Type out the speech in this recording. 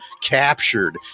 captured